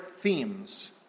themes